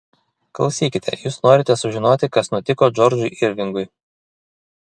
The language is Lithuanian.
klausykite jūs norite sužinoti kas nutiko džordžui irvingui